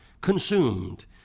consumed